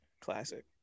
Classic